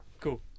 Cool